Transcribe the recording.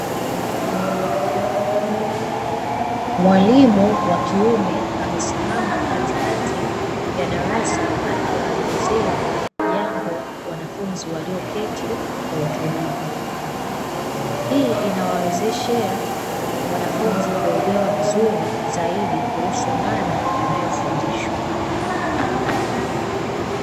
Mwalimu wa kiume amesimama katikati ya darasa akiwaelezea jambo wanafunzi walioketi kwa utulivu, hii inawawezesha wanafunzi kuelewa vizuri zaidi kuhusu mada inayofundishwa.